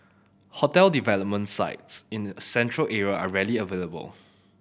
hotel development sites in the Central Area are rarely available